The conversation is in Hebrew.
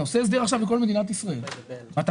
אתה עושה עכשיו הסדר לכל מדינת ישראל ואתה